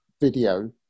video